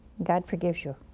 god forgives you.